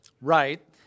Right